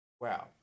Wow